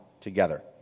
together